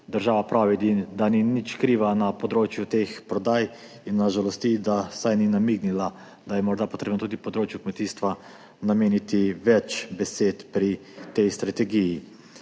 Država pravi, da ni nič kriva na področju teh prodaj, in nas žalosti, da ni vsaj namignila, da je morda treba tudi področju kmetijstva nameniti več besed pri tej strategiji.